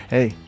Hey